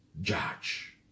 judge